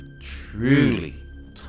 truly